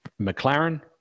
McLaren